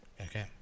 Okay